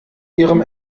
ihrem